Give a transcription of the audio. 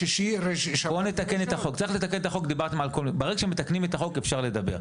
ברגע שמתקנים את החוק אפשר לדבר,